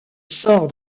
sort